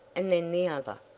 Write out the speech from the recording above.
and then the other.